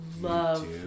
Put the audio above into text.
Love